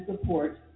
support